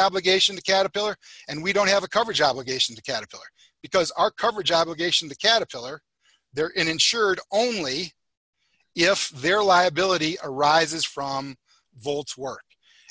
obligation to caterpillar and we don't have a coverage obligation to caterpillar because our coverage obligation to caterpillar they're insured only if their liability arises from volts work